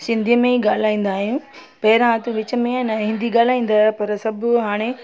सिंधीअ में ई ॻाल्हाईंदा आहियूं पहिरियां त विच में आहे न हिंदी ॻाल्हाईंदा हुआ पर सभु हाणे